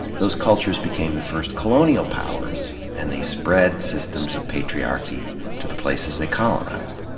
those cultures became the first co lonial powers, and they spread systems of patriarchy to the places they colonized.